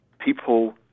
People